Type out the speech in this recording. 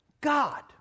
God